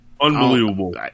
Unbelievable